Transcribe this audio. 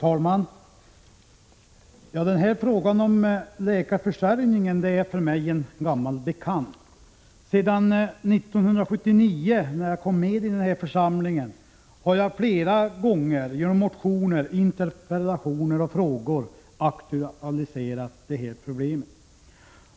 Herr talman! Frågan om läkarförsörjningen är för mig en gammal bekant. 12 november 1986 Sedan 1979, när jag kom med i denna församling, har jag flera gånger — tu, sommar v aktualiserat detta problem genom motioner, interpellationer och frågor.